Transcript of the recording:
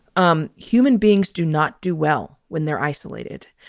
um human beings do not do well when they're isolated.